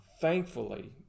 Thankfully